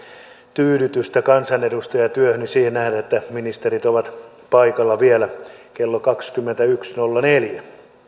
tyydytystä kansanedustajatyöhöni siihen nähden että ministerit ovat paikalla vielä kello kaksikymmentäyksi nolla neljä